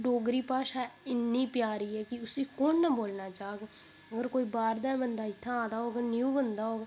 डोगरी भाशा इन्नी प्यारी ऐ कि उसी कु'न नेईं बोलना चाह्ग अगर कोई बाह् र दा बंदा इत्थै आदा होग न्यू बंदा होग